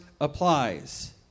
applies